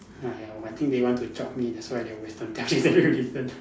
ah ya I think they want to chope me that's why they always don't tell me the reason